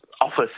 office